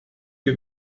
que